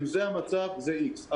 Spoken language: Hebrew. אם זה המצב זה x.